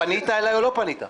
פנית אליי או לא פנית אליי?